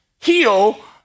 heal